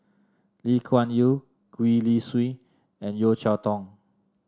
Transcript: Lee Kuan Yew Gwee Li Sui and Yeo Cheow Tong